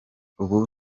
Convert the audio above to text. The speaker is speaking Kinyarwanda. ubu